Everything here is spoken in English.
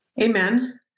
Amen